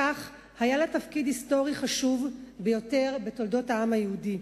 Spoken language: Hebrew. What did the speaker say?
בכך היה לה תפקיד היסטורי חשוב ביותר בתולדות העם היהודי.